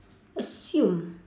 assume